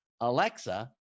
Alexa